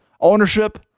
ownership